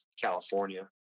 california